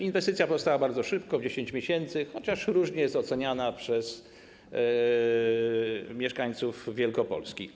Inwestycja powstała bardzo szybko, w 10 miesięcy, chociaż różnie jest oceniana przez mieszkańców Wielkopolski.